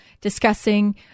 discussing